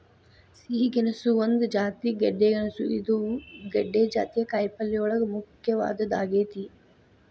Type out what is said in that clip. ಸಿಹಿ ಗೆಣಸು ಒಂದ ಜಾತಿಯ ಗೆಡ್ದೆ ಇದು ಗೆಡ್ದೆ ಜಾತಿಯ ಕಾಯಪಲ್ಲೆಯೋಳಗ ಮುಖ್ಯವಾದದ್ದ ಆಗೇತಿ